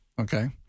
Okay